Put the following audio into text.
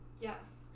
Yes